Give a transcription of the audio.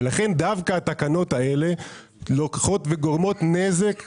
ולכן דווקא התקנות האלה לוקחות וגורמות נזק לאזרח.